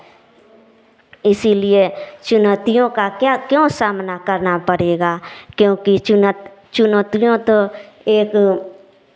इसीलिए चुनौतियों का क्या क्यों सामना करना पड़ेगा क्योंकि चुनौतियों तो एक